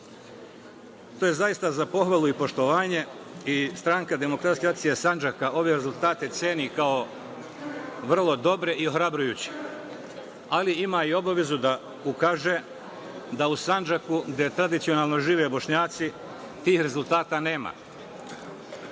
To je zaista za pohvalu i poštovanje i SDA Sandžaka ove rezultate ceni kao vrlo dobre i ohrabrujuće, ali ima i obavezu da ukaže da u Sandžaku, gde tradicionalno žive Bošnjaci, tih rezultata nema.U